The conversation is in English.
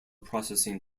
processing